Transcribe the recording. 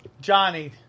Johnny